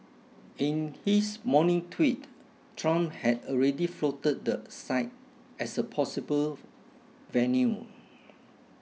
in his morning tweet Trump had already floated the site as a possible venue